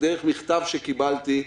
דרך מכתב שקיבלתי,